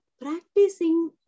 practicing